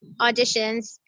auditions